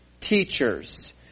teachers